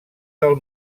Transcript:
del